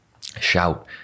shout